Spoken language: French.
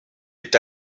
est